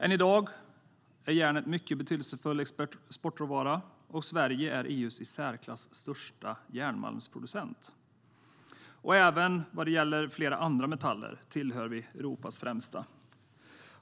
Än i dag är järnet en mycket betydelsefull exportråvara, och Sverige är EU:s i särklass största järnmalmsproducent. Även när det gäller flera andra metaller tillhör vi Europas främsta.